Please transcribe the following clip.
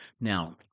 Now